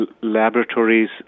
laboratories